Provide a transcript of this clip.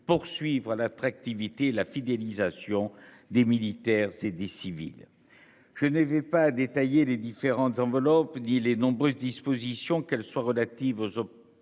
Poursuivre l'attractivité et la fidélisation des militaires c'est des civils. Je ne vais pas détailler les différentes enveloppes dit les nombreuses dispositions qu'elle soient relatives aux autres